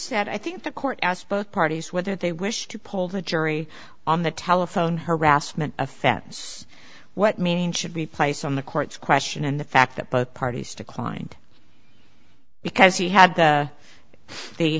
said i think the court asked both parties whether they wish to poll the jury on the telephone harassment offense what meaning should be placed on the court's question and the fact that both parties declined because he had the they